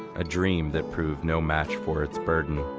a dream that proved no match for its burden.